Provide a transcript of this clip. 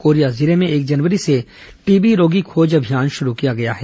Korea जिले में एक जनवरी से टीबी रोगी खोज अभियान शुरू किया गया है